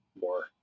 more